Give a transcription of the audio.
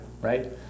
right